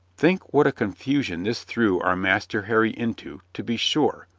think what a confusion this threw our master harry into, to be sure,